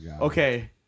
okay